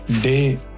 day